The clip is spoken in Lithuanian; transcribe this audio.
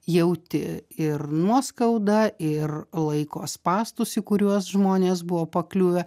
jauti ir nuoskaudą ir laiko spąstus į kuriuos žmonės buvo pakliuvę